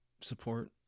support